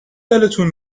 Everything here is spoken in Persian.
دلتون